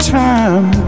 time